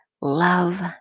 love